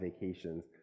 vacations